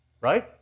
Right